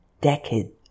decade